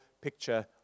picture